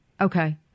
Okay